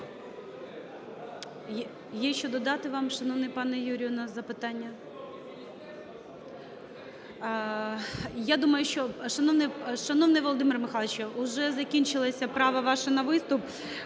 Є що додати вам, шановний пане Юрію, на запитання? Я думаю, що… Шановний Володимире Михайловичу, уже закінчилося право ваше на виступ.